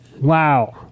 Wow